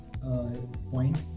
Point